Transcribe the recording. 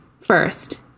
first